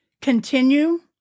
continue